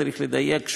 צריך לדייק,